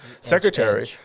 secretary